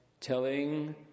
telling